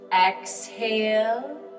Exhale